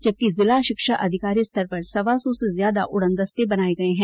जबकि जिला शिक्षा अधिकारी स्तर पर सवा सौ से ज्यादा उड़न दस्ते बनाए गए हैं